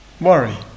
worry